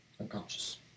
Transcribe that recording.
unconscious